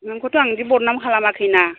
नोंखौथ' आं इदि बदनाम खालामाखैना